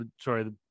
sorry